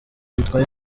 bitwaye